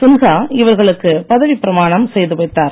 சின்ஹா இவர்களுக்கு பதவிப் பிரமாணம் செய்து வைத்தார்